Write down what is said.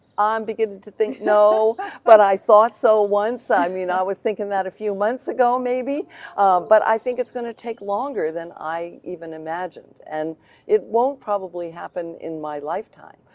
i'm beginning to think no but i thought so once. i mean i was thinking that a few months ago maybe but i think it's going to take longer than i even imagined. and it won't probably happen in my lifetime.